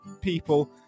people